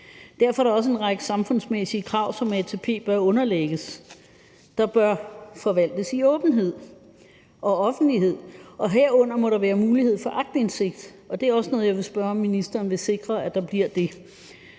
Derfor er der også en række samfundsmæssige krav, som ATP bør underlægges, og som bør forvaltes i åbenhed og offentlighed, og herunder må der være mulighed for aktindsigt. Det er også noget, jeg vil spørge ministeren om, altså om ministeren vil sikre, at der bliver det.